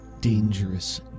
dangerous